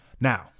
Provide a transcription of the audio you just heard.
now